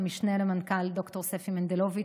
למשנה למנכ"ל ד"ר ספי מנדלוביץ'